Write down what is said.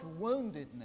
woundedness